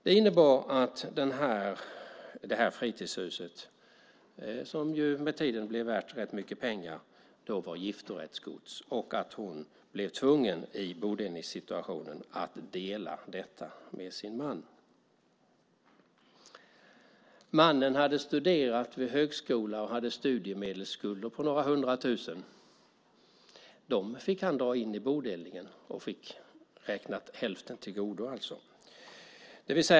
Det innebar att det här fritidshuset, som med tiden blev värt rätt mycket pengar, var giftorättsgods och att hon blev tvungen att dela detta med sin man i bodelningen. Mannen hade studerat vid högskola och hade studiemedelsskulder på några hundratusen. Dem fick han dra in i bodelningen och räkna hälften till godo alltså.